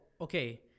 okay